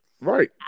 Right